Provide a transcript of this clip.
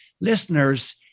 listeners